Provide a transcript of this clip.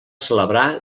celebrar